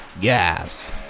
gas